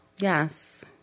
Yes